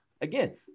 Again